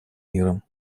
миром